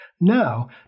Now